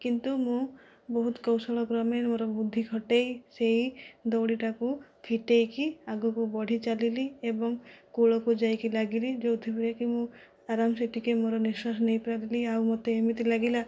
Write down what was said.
କିନ୍ତୁ ମୁଁ ବହୁତ କୌଶଳ କ୍ରମେ ମୋର ବୁଦ୍ଧି ଖଟାଇ ସେହି ଦଉଡ଼ିଟାକୁ ଫିଟାଇକି ଆଗକୁ ବଢ଼ି ଚାଲିଲି ଏବଂ କୂଳକୁ ଯାଇକି ଲାଗିଲି ଯେଉଁଥିପାଇଁ କି ମୁଁ ଆରାମ ସେ ଟିକେ ମୋର ନିଶ୍ଵାସ ନେଇ ପାରିଲି ଆଉ ମୋତେ ଏମିତି ଲାଗିଲା